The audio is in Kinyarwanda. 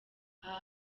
aha